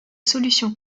solution